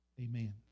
Amen